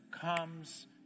comes